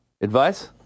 Advice